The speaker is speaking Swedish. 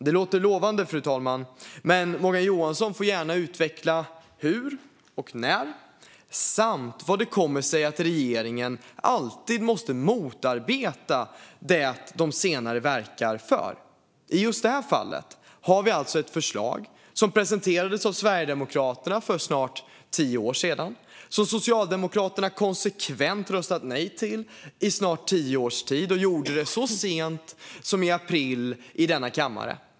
Det låter lovande, fru talman, men Morgan Johansson får gärna utveckla hur och när det kommer att ske - samt hur det kommer sig att regeringen alltid måste motarbeta det den senare kommer att verka för. I just det här fallet har vi alltså ett förslag som presenterades av Sverigedemokraterna för snart tio år sedan och som Socialdemokraterna konsekvent röstat nej till i snart tio års tid, vilket de också gjorde så sent som i april i denna kammare.